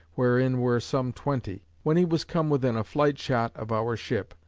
wherein were some twenty. when he was come within a flightshot of our ship,